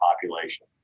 population